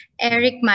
Eric